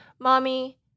Mommy